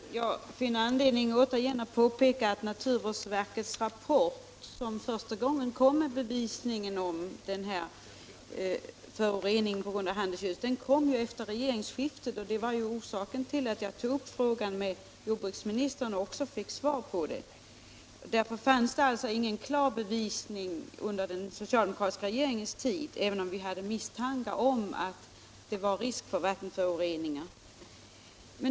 Herr talman! Jag finner anledning att återigen påpeka att naturvårdsverkets rapport, som första gången lade fram bevisningen om förorening på grund av handelsgödsel, kom efter regeringsskiftet. Det var orsaken till att jag ställde en fråga till jordbruksministern, vilken jag också fick svar på. Det fanns alltså ingen klar bevisning under den socialdemokratiska regeringens tid, även om vi hade misstankar om att det fanns risk för vattenföroreningar.